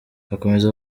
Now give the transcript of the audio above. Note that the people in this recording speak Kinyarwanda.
akomeza